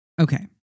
Okay